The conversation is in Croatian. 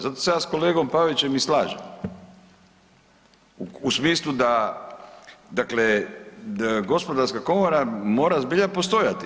Zato se ja s kolegom Pavićem i slažem u smislu da, dakle gospodarska komora mora zbilja postojati.